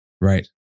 Right